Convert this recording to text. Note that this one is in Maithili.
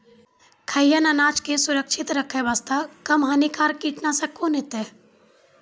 खैहियन अनाज के सुरक्षित रखे बास्ते, कम हानिकर कीटनासक कोंन होइतै?